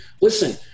listen